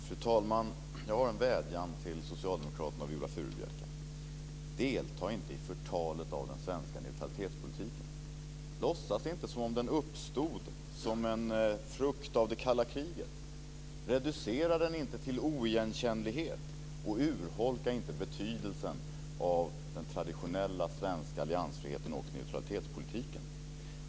Fru talman! Jag har en vädjan till socialdemokraterna och Viola Furubjelke. Delta inte i förtalet av den svenska neutralitetspolitiken. Låtsas inte som om den uppstod som en frukt av det kalla kriget. Reducera den inte till oigenkännlighet och urholka inte betydelsen av den traditionella svenska alliansfriheten och neutralitetspolitiken.